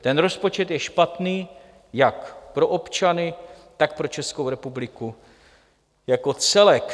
Ten rozpočet je špatný jak pro občany, tak pro Českou republiku jako celek.